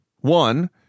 one